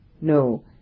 No